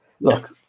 look